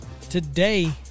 today